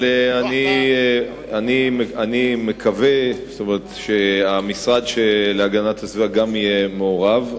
אני מקווה שגם המשרד להגנת הסביבה יהיה מעורב,